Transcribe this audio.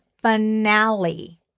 finale